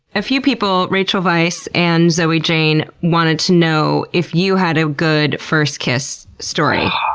a few people, rachel weiss and zoe jane, wanted to know if you had a good first kiss story.